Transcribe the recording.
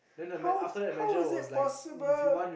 how how was it possible